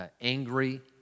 angry